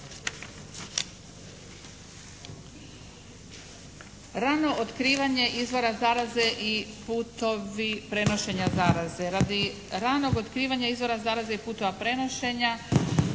Rano otkrivanje izvora zaraze i putovi prenošenja zaraze. Radi ranog otkrivanja izvora zaraze i putova prenošenja